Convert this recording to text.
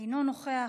אינו נוכח.